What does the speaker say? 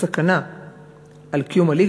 סכנה על קיום הליגה,